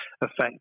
effect